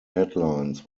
headlines